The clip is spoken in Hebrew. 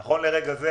נכון לרגע זה